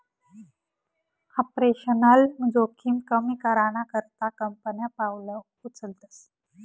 operational जोखिम कमी कराना करता कंपन्या पावलं उचलतस